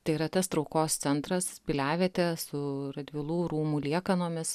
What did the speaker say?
tai yra tas traukos centras piliavietė su radvilų rūmų liekanomis